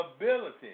ability